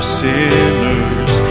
sinners